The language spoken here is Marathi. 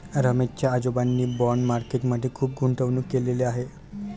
रमेश च्या आजोबांनी बाँड मार्केट मध्ये खुप गुंतवणूक केलेले आहे